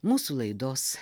mūsų laidos